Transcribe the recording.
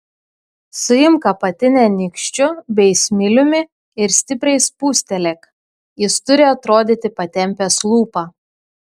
suimk apatinę nykščiu bei smiliumi ir stipriai spustelėk jis turi atrodyti patempęs lūpą